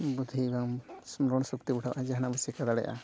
ᱵᱩᱫᱽᱫᱷᱤᱵᱟᱢ ᱵᱟᱢ ᱥᱮ ᱨᱚᱲ ᱥᱚᱠᱛᱤ ᱵᱟᱲᱦᱟᱣᱚᱜᱼᱟ ᱡᱟᱦᱟᱱᱟᱜ ᱮᱢ ᱪᱮᱠᱟ ᱫᱟᱲᱮᱭᱟᱜᱼᱟ